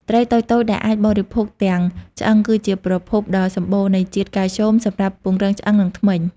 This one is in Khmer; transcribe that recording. ត្រីតូចៗដែលអាចបរិភោគទាំង ឆ្អឹង គឺជាប្រភពដ៏សម្បូរនៃជាតិកាល់ស្យូមសម្រាប់ពង្រឹងឆ្អឹង និងធ្មេញ។